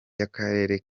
y’akarere